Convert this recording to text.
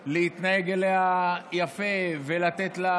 לרועים להתנהג אליה יפה ולתת לה